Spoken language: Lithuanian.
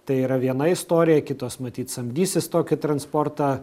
tai yra viena istorija kitos matyt samdysis tokį transportą